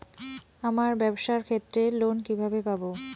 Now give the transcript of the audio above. আমার ব্যবসার ক্ষেত্রে লোন কিভাবে পাব?